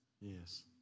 Yes